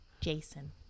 Jason